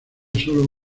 sólo